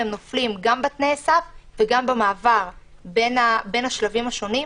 רבים מהם נופלים גם בתנאי הסף וגם במעבר בין השלבים השונים.